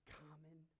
common